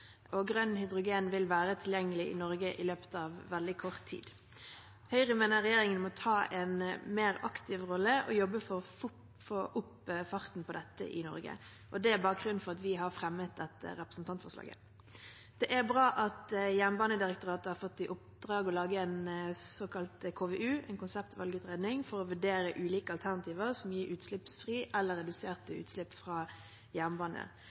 plass. Grønn hydrogen vil være tilgjengelig i Norge i løpet av veldig kort tid. Høyre mener regjeringen må ta en mer aktiv rolle og jobbe for å få opp farten på dette i Norge. Det er bakgrunnen for at vi har fremmet dette representantforslaget. Det er bra at Jernbanedirektoratet har fått i oppdrag å lage en såkalt KVU, en konseptvalgutredning, for å vurdere ulike alternativer som gir utslippsfri eller reduserte utslipp fra jernbane.